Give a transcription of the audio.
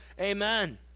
Amen